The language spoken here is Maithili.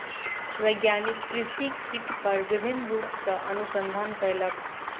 वैज्ञानिक कृषि कीट पर विभिन्न रूप सॅ अनुसंधान कयलक